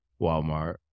Walmart